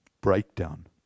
breakdown